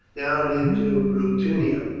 down into bruttium,